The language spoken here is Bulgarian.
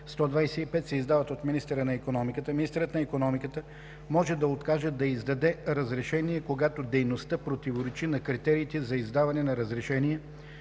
се издават от министъра на икономиката. Министърът на икономиката може да откаже да издаде разрешение, когато дейността противоречи на критериите за издаване на разрешение,